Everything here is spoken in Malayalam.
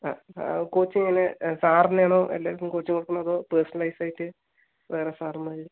ആ ആ കോച്ചിംഗിന് സാറ് തന്നെ ആണോ അല്ലെ കോച്ച് നോക്കണോ അതോ പേർസണലൈസ് ആയിട്ട് വേറെ സാറമ്മാര്